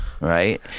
right